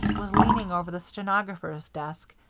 was leaning over the stenographer's desk,